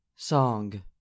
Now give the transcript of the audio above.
Song